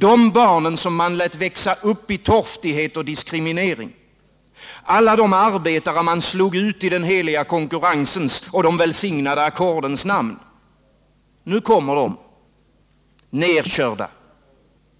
De barn som man lät växa upp i torftighet och diskriminering, alla de arbetare man slog ut i den heliga konkurrensens och de välsignade ackordens namn, nu kommer de — nedkörda,